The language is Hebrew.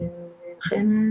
טוב,